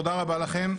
תודה רבה לכם.